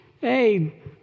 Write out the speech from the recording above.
Hey